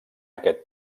aquest